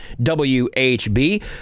WHB